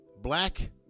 black